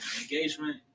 engagement